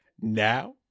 now